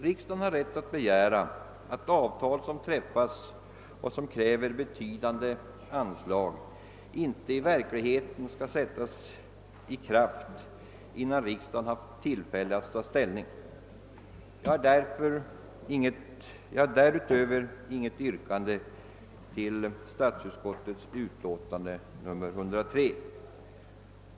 Riksdagen har rätt att begära att avtal som träffas och som kräver betydande anslag inte i verkligheten skall sättas i kraft, innan riksdagen haft tillfälle att ta ställning. Jag har inget yrkande med anledning av statsutskottets utlåtande nr 103.